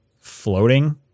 floating